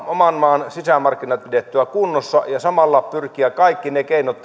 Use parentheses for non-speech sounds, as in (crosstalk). oman maan sisämarkkinat pidettyä kunnossa ja samalla pyrkiä kaikki ne keinot (unintelligible)